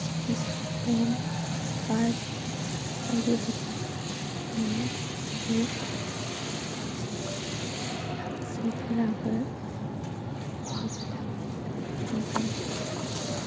jeans long pant skirt बायदि बायदि गाननाय नुयो दानि जुगाव बिहामजोफोराबो बहाबा थाङोब्ला लंपेन्ट गाननो हमबाय